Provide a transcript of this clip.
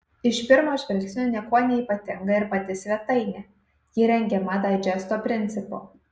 iš pirmo žvilgsnio niekuo neypatinga ir pati svetainė ji rengiama daidžesto principu